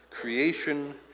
Creation